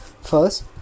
first